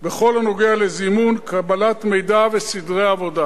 בכל הנוגע לזימון, קבלת מידע וסדרי עבודה.